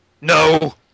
no